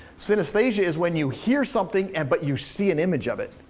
synesthesia is when you hear something, and but you see an image of it.